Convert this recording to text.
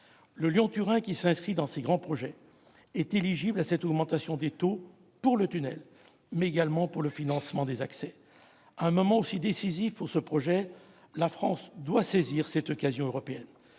Le Lyon-Turin, qui relève de ces grands projets, est éligible à cette augmentation de taux pour le tunnel, mais également pour le financement des accès. À un moment aussi décisif pour ce projet, la France doit saisir cette occasion européenne.